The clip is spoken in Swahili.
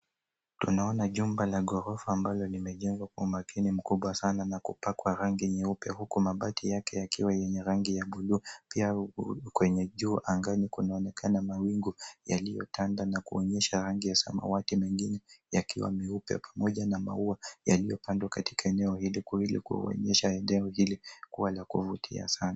Tunaona jumba la ghorofa ambalo limejengwa kwa umakini mkubwa sana na kupakwa rangi nyeupe huku mabati yake yakiwa yenye rangi ya buluu. Pia kwenye juu angani kunaonekana mawingu yaliyotanda na kuonyesha rangi ya samawati mengine yakiwa meupe pamoja na maua yaliyopandwa katika eneo hili ili kuonyesha eneo hili kuwa la kuvutia sana .